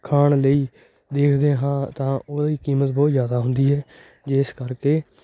ਖਾਣ ਲਈ ਦੇਖਦੇ ਹਾਂ ਤਾਂ ਉਹਦੀ ਕੀਮਤ ਬਹੁਤ ਜ਼ਿਆਦਾ ਹੁੰਦੀ ਹੈ ਜਿਸ ਕਰਕੇ